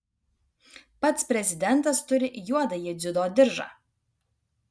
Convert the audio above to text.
pats prezidentas turi juodąjį dziudo diržą